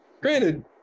granted